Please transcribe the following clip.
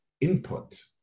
input